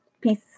Peace